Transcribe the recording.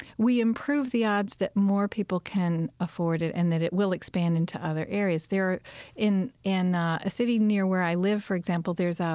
we improve the odds that more people can afford it and that it will expand into other areas. in in a city near where i live, for example, there's um